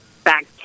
back